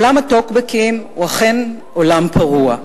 עולם הטוקבקים הוא אכן עולם פרוע,